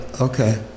Okay